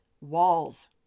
walls